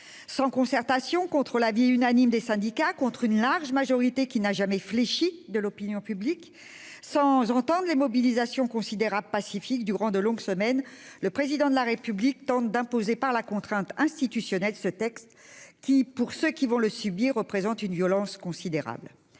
Sans concertation, contre l'avis unanime des syndicats, contre une large majorité- qui n'a jamais fléchi -de l'opinion publique, sans entendre les mobilisations considérables et pacifiques pendant de longues semaines, le Président de la République tente d'imposer par la contrainte institutionnelle ce texte qui, pour ceux qui en subiront les effets, représente une violence considérable.